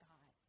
God